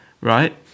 right